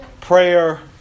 prayer